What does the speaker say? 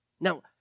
Now